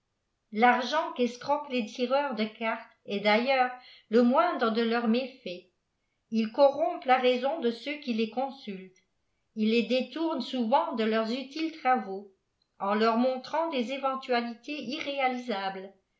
l'argent qu'escroquent les tireurs de cartes est d'ailleurs le moindre de leurs méfaits ils corrompent la raison de ceux qui les consultent ils les détournent souvent de leurs utiles chrvaux en leur mofatrant dés éventualités irréalisables